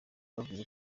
bavuze